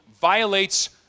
violates